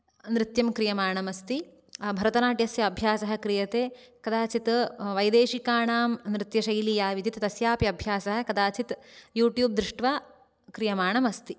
नृत्यं क्रियमाणम् अस्ति भरतनाट्यस्य अभ्यासः क्रियते कदाचिद् वैदेशिकानां नृत्यशैली या विद्यते तस्याः अपि अभ्यासः कदाचिद् यूट्यूब् दृष्ट्वा क्रियमाणम् अस्ति